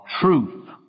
Truth